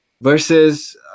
versus